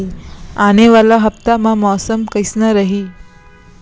आने वाला हफ्ता मा मौसम कइसना रही?